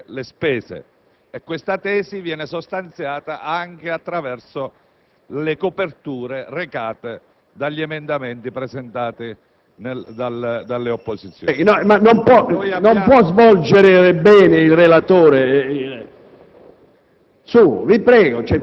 provveduto a ridurre le spese. Tale tesi viene sostanziata anche attraverso le coperture recate dagli emendamenti presentati dalle opposizioni.